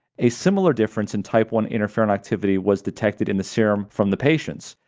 a similar difference in type one interferon activity was detected in the serum from the patients.